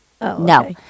No